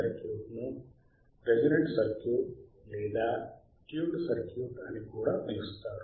ఈ సర్క్యూట్ను resonant circuit లేదా ట్యూన్డ్ సర్క్యూట్ అని కూడా పిలుస్తారు